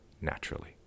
naturally